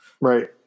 Right